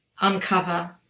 uncover